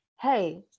Hey